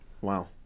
Wow